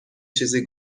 چیزی